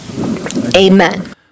Amen